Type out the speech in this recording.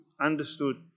understood